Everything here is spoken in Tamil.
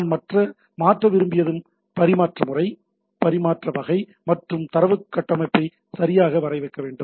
நான் மாற்ற விரும்பியதும் பரிமாற்ற முறை பரிமாற்ற வகை மற்றும் தரவு கட்டமைப்பை சரியாக வரையறுக்கவும்